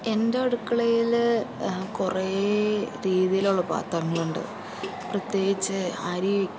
എന്റെ അടുക്കളയിൽ കുറേ രീതിയിലുള്ള പാത്രങ്ങളുണ്ട് പ്രത്യേകിച്ച് അരി